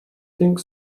think